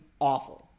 awful